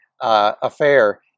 affair